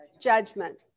judgment